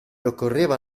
occorreva